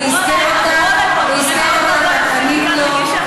הוא אזכר אותך ואת ענית לו.